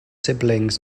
siblings